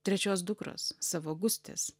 trečios dukros savo gustės